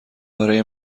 برای